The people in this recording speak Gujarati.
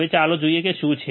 હવે ચાલો જોઈએ કે તે શું છે